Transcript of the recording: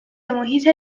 محیط